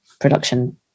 production